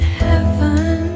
heaven